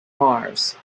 mars